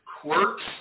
quirks